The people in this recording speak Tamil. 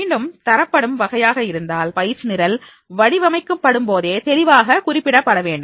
மீண்டும் தரப்படும் வகையாக இருந்தால் பயிற்சி நிரல் வடிவமைக்கப்படும் போதே தெளிவாக குறிப்பிடப்பட வேண்டும்